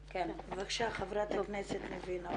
בבקשה, חברת הכנסת ניבין אבו רחמון.